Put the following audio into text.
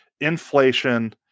inflation